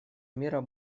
мира